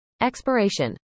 Expiration